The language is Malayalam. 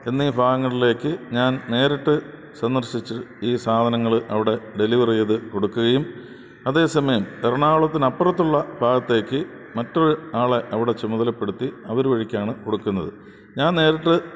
എന്നീ ഭാഗങ്ങളിലേ ഞാൻ നേരിട്ട് സന്ദർശിച്ച് ഈ സാധനങ്ങൾ അവിടെ ഡെലിവറി ചെയ്തത് കൊടുക്കുകയും അതേസമയം എറണാകുളത്തിന് അപ്പുറത്തുള്ള ഭാഗത്തേക്കു മറ്റും ആളെ അവിടെ ചുമതലപ്പെടുത്തി അവരു വഴിക്കാണ് കൊടുക്കുന്നത് ഞാൻ നേരിട്ട്